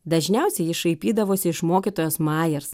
dažniausiai ji šaipydavosi iš mokytojos majers